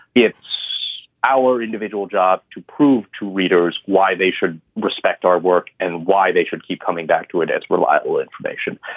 it's our individual job to prove to readers why they should respect our work and why they should keep coming back to it as reliable information.